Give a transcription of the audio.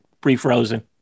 pre-frozen